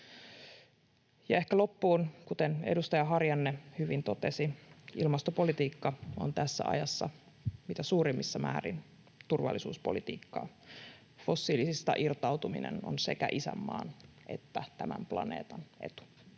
ehkä loppuun, kuten edustaja Harjanne hyvin totesi, ilmastopolitiikka on tässä ajassa mitä suurimmissa määrin turvallisuuspolitiikkaa. Fossiilisista irtautuminen on sekä isänmaan että tämän planeetan etu.